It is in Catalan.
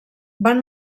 van